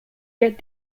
get